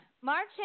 march